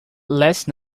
last